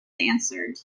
answered